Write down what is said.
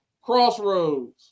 Crossroads